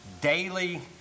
daily